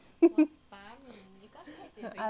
!hanna! !hanna! 你啦你啦